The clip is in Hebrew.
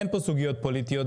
אין פה סוגיות פוליטיות,